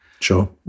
Sure